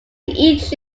eat